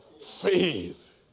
Faith